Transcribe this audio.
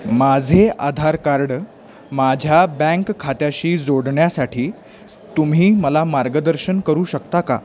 माझे आधार कार्ड माझ्या बँक खात्याशी जोडण्यासाठी तुम्ही मला मार्गदर्शन करू शकता का